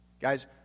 Guys